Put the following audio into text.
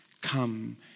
come